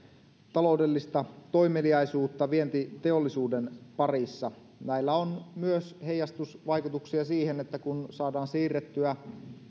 taloudellista toimeliaisuutta vientiteollisuuden parissa näillä on myös heijastusvaikutuksia siihen että kun saadaan siirrettyä